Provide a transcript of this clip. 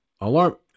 alarm